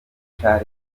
nka